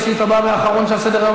לסעיף הבא והאחרון שעל סדר-היום,